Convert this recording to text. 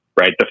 right